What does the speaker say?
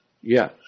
Yes